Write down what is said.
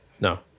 No